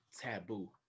taboo